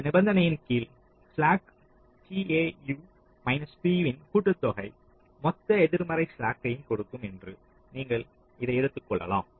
இதன் நிபந்தனையின் கீழ் ஸ்லாக் tau p வின் கூட்டுத்தொகை மொத்த எதிர்மறை ஸ்லாக்யை கொடுக்கும் என்று நீங்கள் இதை எடுத்துக் கொள்ளலாம்